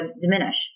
diminish